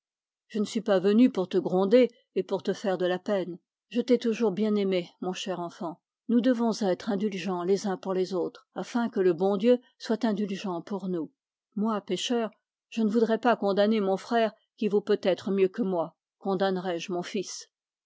je ne suis pas venu pour te faire de la peine je t'ai toujours bien aimé mon cher enfant nous devons être indulgents les uns pour les autres afin que le bon dieu soit indulgent pour nous moi pécheur je ne voudrais pas condamner mon frère qui vaut peut-être mieux que moi condamnerai je mon fils